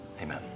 Amen